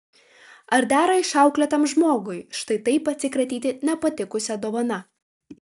ar dera išauklėtam žmogui štai taip atsikratyti nepatikusia dovana